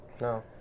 No